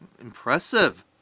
Impressive